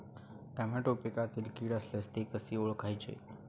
Tomato पिकातील कीड असल्यास ते कसे ओळखायचे?